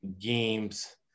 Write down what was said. games